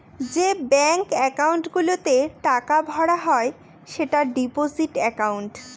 যে bank account গুলোতে টাকা ভরা হয় সেটা ডিপোজিট একাউন্ট